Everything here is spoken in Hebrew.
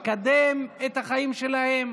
לקדם את החיים שלהם.